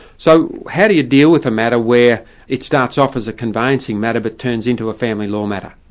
so how do you deal with a matter where it starts off as a conveyancing matter but turns into a family law matter?